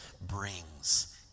brings